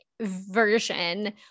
version